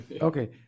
Okay